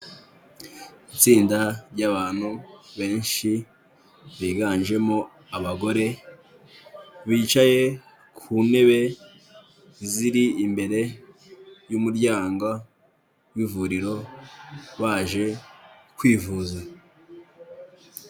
Itsinda ry'abantu benshi biganjemo abagore, bicaye ku ntebe ziri imbere y'umuryango w'ivuriro, baje kwivuza.